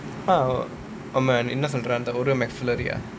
ஆமா நீ என்ன சொல்ற அந்த ஒரு:aamaa nee enna solre antha oru McFlurry ya